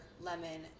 lemon